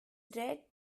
red